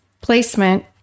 placement